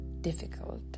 difficult